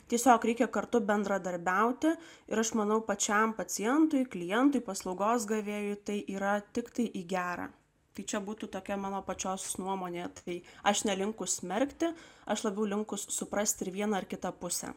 tiesiog reikia kartu bendradarbiauti ir aš manau pačiam pacientui klientui paslaugos gavėjui tai yra tiktai į gerą tai čia būtų tokia mano pačios nuomonė tai aš nelinkusi smerkti aš labiau linkusi suprasti vieną ar kitą pusę